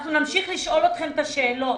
אנחנו נמשיך לשאול אתכם את השאלות.